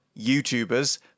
YouTubers